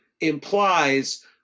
implies